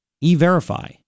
e-verify